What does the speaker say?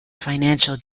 financial